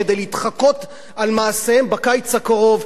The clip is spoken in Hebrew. כדי להתחקות אחרי מעשיהם בקיץ הקרוב,